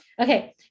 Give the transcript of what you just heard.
Okay